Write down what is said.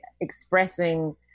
expressing